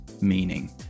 meaning